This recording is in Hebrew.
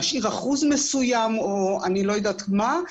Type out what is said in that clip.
להשאיר אחוז מסוים או לא יודעת מה,